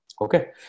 Okay